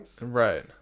Right